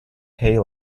hay